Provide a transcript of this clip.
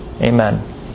Amen